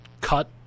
cut